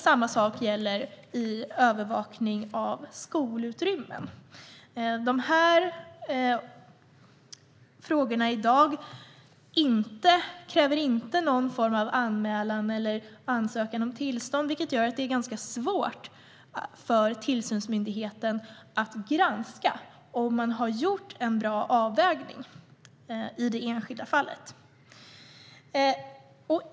Samma sak gäller vid övervakning av skolutrymmen. I dag krävs det ingen anmälan eller ansökan om tillstånd för det, vilket gör det ganska svårt för tillsynsmyndigheten att granska om man har gjort en bra avvägning i det enskilda fallet.